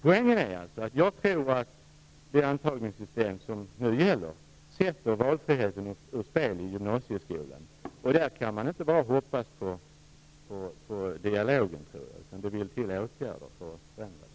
Poängen är att jag tror att det antagningssystem som nu gäller sätter valfriheten ur spel i gymnasieskolan. I det sammanhanget kan vi inte bara hoppas på en dialog, utan det vill till åtgärder för att detta skall förändras.